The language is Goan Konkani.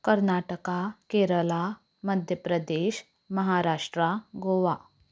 कर्नाटका केरला मध्यप्रदेश महाराष्ट्र गोवा